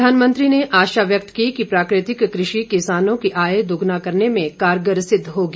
प्रधानमंत्री ने आशा व्यक्त की कि प्राकृतिक कृषि किसानों की आय दोगुना करने में कारगर सिद्ध होगी